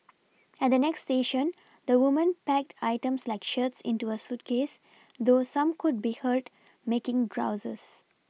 at the next station the woman packed items like shirts into a suitcase though some could be heard making grouses